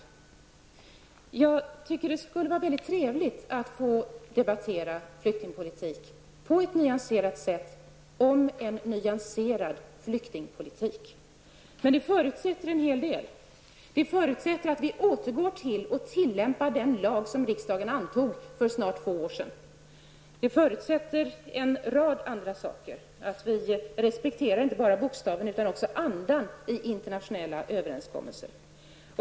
Det vore trevligt att få debattera flyktingpolitik på ett nyanserat sätt. Men det förutsätter en hel del. Det förutsätter att vi återgår till och tillämpar den lag som riksdagen antog för snart två år sedan. Det förutsätter också en rad andra saker, bl.a. att vi respekterar inte bara bokstaven utan även andan i internationella överenskommelser.